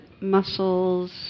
muscles